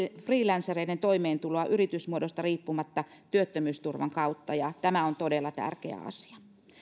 freelancereiden toimeentuloa yritysmuodosta riippumatta työttömyysturvan kautta ja tämä on todella tärkeä asia